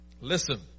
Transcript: Listen